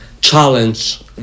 challenge